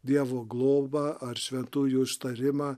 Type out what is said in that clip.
dievo globą ar šventųjų užtarimą